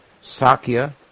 Sakya